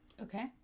Okay